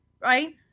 right